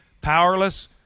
powerless